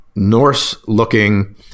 Norse-looking